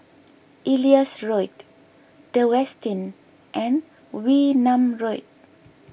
Elias Road the Westin and Wee Nam Road